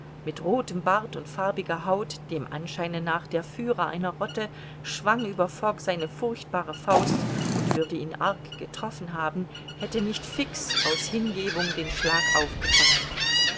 mit rothem bart und farbiger haut dem anscheine nach der führer einer rotte schwang über fogg seine furchtbare faust und würde ihn arg getroffen haben hätte nicht fix aus hingebung den schlag aufgefangen